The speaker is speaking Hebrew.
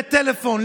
בטלפון,